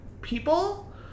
people